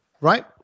Right